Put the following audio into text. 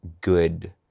good